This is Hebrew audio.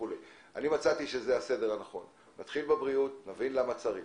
זה הסדר הנכון שמצאתי: להתחיל בבריאות כדי להבין מה צריך,